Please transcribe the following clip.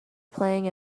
playing